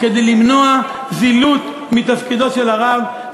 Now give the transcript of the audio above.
כדי למנוע זילות תפקידו של הרב,